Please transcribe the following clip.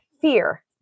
fear